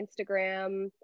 Instagram